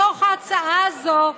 בתוך ההצעה הזו,